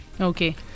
Okay